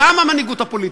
גם המנהיגות הפוליטית,